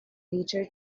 later